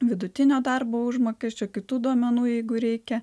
vidutinio darbo užmokesčio kitų duomenų jeigu reikia